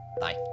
Bye